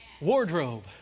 wardrobe